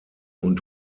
und